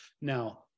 Now